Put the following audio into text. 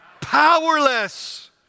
Powerless